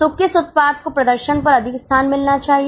तो किस उत्पाद को प्रदर्शन पर अधिक स्थान मिलना चाहिए